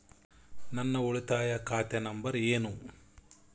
ನನ್ನ ಉಳಿತಾಯ ಖಾತೆ ನಂಬರ್ ಏನು?